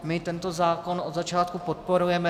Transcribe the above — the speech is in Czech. My tento zákon od začátku podporujeme.